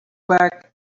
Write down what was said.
back